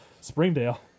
Springdale